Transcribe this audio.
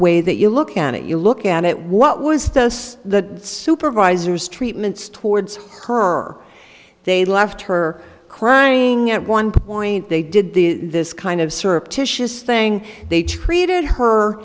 way that you look at it you look at it what was does the supervisors treatments towards her they left her crying at one point they did the this kind of surreptitious saying they treated her